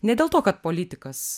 ne dėl to kad politikas